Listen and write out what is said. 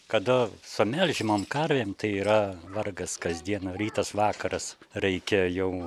kada su melžiamom karvėm tai yra vargas kasdieną rytas vakaras reikia jau